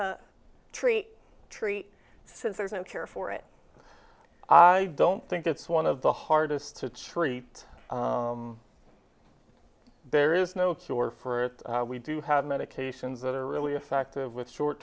to treat treat since there's no cure for it i don't think it's one of the hardest to treat there is no cure for it we do have medications that are really effective with short